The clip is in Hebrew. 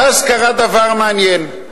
ואז קרה דבר מעניין: